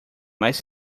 mas